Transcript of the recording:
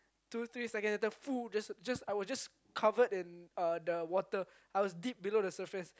two three seconds later just just I was just covered in uh the water I was deep below the surface